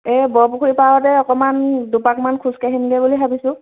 এই বৰপুখুৰীৰ পাৰতে অকণমান দুপাকমান খোজ কাঢ়িমগৈ বুলি ভাবিছোঁ